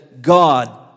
God